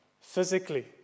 Physically